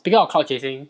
speaking of crowd chasing